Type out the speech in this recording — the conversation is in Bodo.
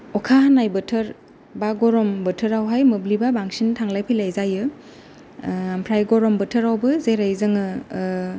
अखा हानाय बोथोर बा गरम बोथोराव हाय मोब्लिबा बांसिन थांलाय फैलाय जायो ओमफ्राय गरम बोथोरावबो जेरै जोङो